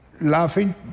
laughing